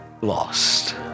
lost